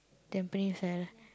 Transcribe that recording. Tampines eh